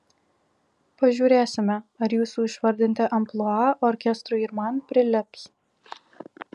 pažiūrėsime ar jūsų išvardinti amplua orkestrui ir man prilips